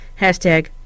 Hashtag